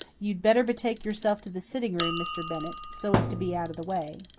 you'd better betake yourself to the sitting-room, mr. bennett, so as to be out of the way.